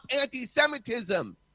anti-Semitism